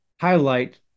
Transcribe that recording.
highlight